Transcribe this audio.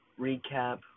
recap